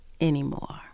anymore